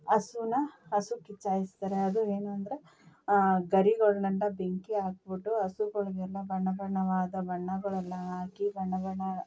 ಹಸುನ ಹಸು ಕಿಚ್ಚಾಯಿಸ್ತರೆ ಅದು ಏನು ಅಂದರೆ ಗರಿಗಳ್ನೆಲ್ಲ ಬೆಂಕಿ ಹಾಕ್ಬಿಟ್ಟು ಹಸುಗಳನ್ನೆಲ್ಲ ಬಣ್ಣಬಣ್ಣವಾದ ಬಣ್ಣಗಳನ್ನು ಹಾಕಿ ಬಣ್ಣ ಬಣ್ಣ